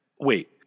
wait